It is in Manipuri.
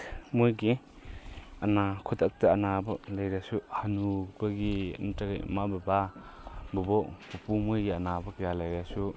ꯃꯣꯏꯒꯤ ꯈꯨꯗꯛꯇ ꯑꯅꯥꯕ ꯂꯩꯔꯁꯨ ꯍꯅꯨꯕꯒꯤ ꯅꯠꯇ꯭ꯔꯒ ꯏꯃꯥ ꯕꯕꯥ ꯕꯨꯕꯣꯛ ꯄꯨꯄꯨ ꯃꯣꯏꯒꯤ ꯑꯅꯥꯕ ꯀꯌꯥ ꯂꯩꯔꯁꯨ